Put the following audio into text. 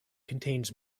contains